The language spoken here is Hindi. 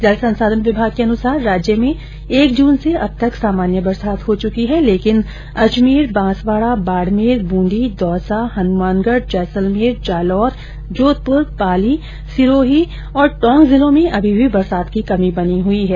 जल संसाधन विभाग के अनुसार राज्य में एक जून से अब तक सामान्य बरसात हो चुकी है लेकिन राज्य के अजमेर बांसवाड़ा बाड़मेर बूंदी दौसा हनुमानगढ़ जैसलमेर जालौर जोधपुर पाली सिरोही तथा टोंक जिलों में अभी भी बरसात की कमी बनी हुई हैं